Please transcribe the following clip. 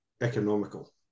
economical